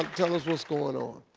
tell us what's going on.